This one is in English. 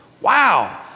Wow